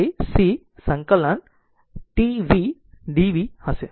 તેથી તે c ∫ of t v dv હશે